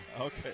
Okay